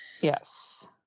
yes